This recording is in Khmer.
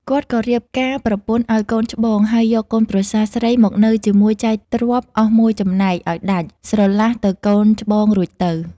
គាត់ក៏រៀបការប្រពន្ធឱ្យ កូនច្បង ហើយយកកូនប្រសាស្រីមកនៅជាមួយចែកទ្រព្យអស់មួយចំណែក ឱ្យដាច់ ស្រឡះទៅកូនច្បងរួចទៅ ។